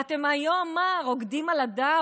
ומה אתם היום, רוקדים על הדם?